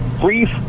brief